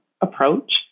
approach